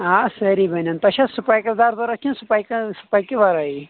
آ سٲری بَنن تۄہہِ چھا سپیکٕس دار ضروٗرت کِنہٕ سپیکن سپیکہِ وَرٲیی